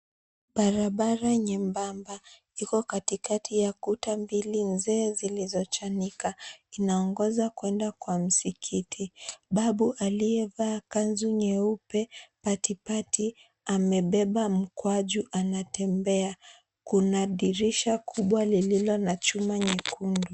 Barabara nyembamba, iko katikati ya kuta mbili nzee zilizochanika, inaongoza kwenda kwa msikiti. Babu aliyevaa kanzu nyeupe, patipati , amebeba mkwaju, anatembea. Kuna dirisha kubwa lililo na chuma nyekundu.